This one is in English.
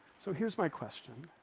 so here's my question